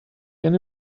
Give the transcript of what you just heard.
can